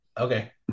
okay